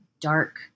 dark